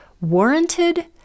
warranted